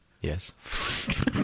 Yes